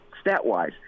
stat-wise